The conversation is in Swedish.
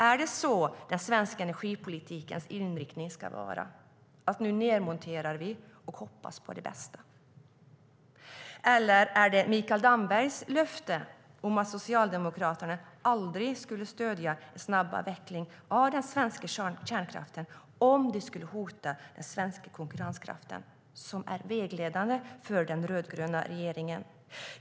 Är det så den svenska energipolitikens inriktning ska vara, att vi nu nedmonterar och hoppas på det bästa? Eller är det Mikael Dambergs löfte att Socialdemokraterna aldrig skulle stödja en snabbavveckling av den svenska kärnkraften om det hotade den svenska konkurrenskraften som är vägledande för den rödgröna regeringen?